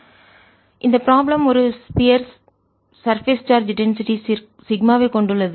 எனவே இந்த ப்ராப்ளம் ஒரு ஸ்பியர் கோளம் சர்பேஸ் மேற்பரப்பு சார்ஜ் டென்சிட்டி அடர்த்தி சிக்மாவைக் கொண்டுள்ளது